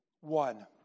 one